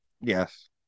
Yes